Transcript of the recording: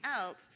else